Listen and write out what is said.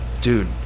dude